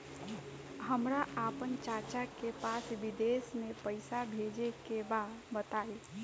हमरा आपन चाचा के पास विदेश में पइसा भेजे के बा बताई